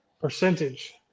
percentage